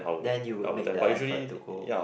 then you would make the effort to go